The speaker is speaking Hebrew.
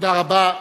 תודה רבה.